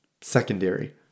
secondary